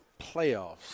playoffs